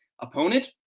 opponent